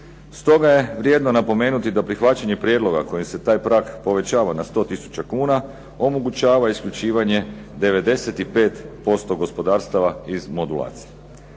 Stoga je vrijedno napomenuti da prihvaćanje prijedloga kojim se taj prag povećava na 100 tisuća kuna omogućava isključivanje 95% gospodarstava iz modulacije.